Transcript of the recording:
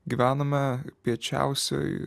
gyvenome piečiausioj